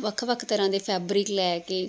ਵੱਖ ਵੱਖ ਤਰ੍ਹਾਂ ਦੇ ਫੈਬਰਿਕ ਲੈ ਕੇ